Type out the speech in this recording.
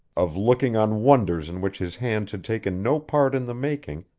of looking on wonders in which his hands had taken no part in the making,